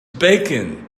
bacon